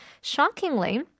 Shockingly